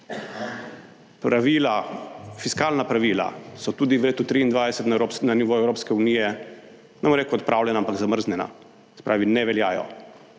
pravila, fiskalna pravila so tudi v letu 2023 na nivoju Evropske unije, ne bom rekel odpravljena, ampak zamrznjena, se pravi, ne veljajo